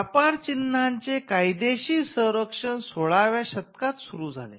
व्यापार चिन्हाचे कायदेशीर संरक्षण सोळाव्या शतकात सुरु झाले